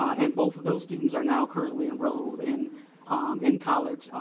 and both of those students are now currently enrolled in in college.